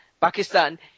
Pakistan